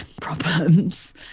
problems